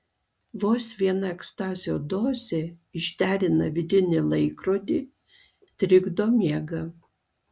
vos viena ekstazio dozė išderina vidinį laikrodį trikdo miegą